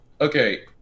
okay